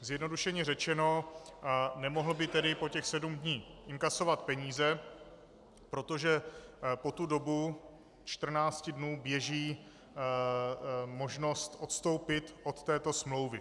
Zjednodušeně řečeno, nemohl by tedy po těch sedm dní inkasovat peníze, protože po tu dobu 14 dnů běží možnost odstoupit od této smlouvy.